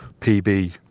PB